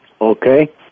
Okay